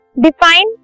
Define